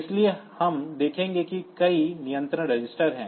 इसलिए हम देखेंगे कि कई नियंत्रण रजिस्टर हैं